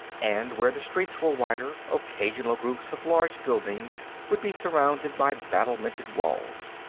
and, where the streets were wider, occasional groups of large buildings would be surrounded by battlemented walls.